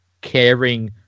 caring